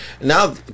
Now